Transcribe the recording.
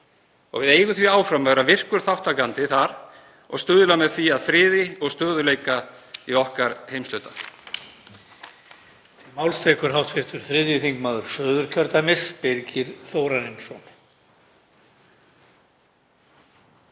Við eigum því áfram að vera virkur þátttakandi þar og stuðla með því að friði og stöðugleika í okkar heimshluta.